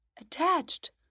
attached